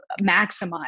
maximize